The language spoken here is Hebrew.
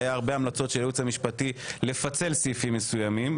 והיה הרבה המלצות של הייעוץ המשפטי לפצל סעיפים מסוימים,